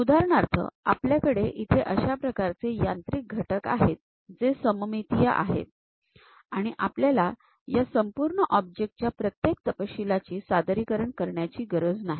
उदाहरणार्थ आपल्याकडे इथे अशा प्रकारचे यांत्रिक घटक आहेत जे सममितीय आहेत आणि आपल्याला या संपूर्ण ऑब्जेक्टच्या प्रत्येक तपशिलाची सादरीकरण करण्याची गरज नाही